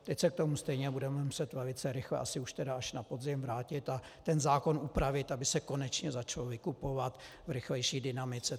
Teď se k tomu stejně budeme muset velice rychle, asi už tedy až na podzim, vrátit a ten zákon upravit, aby se konečně začalo vykupovat v rychlejší dynamice.